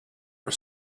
for